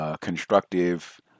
Constructive